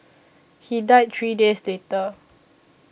he died three days later